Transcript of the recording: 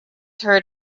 heard